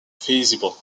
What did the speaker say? feasible